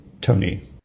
tony